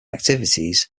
activities